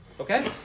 okay